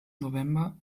november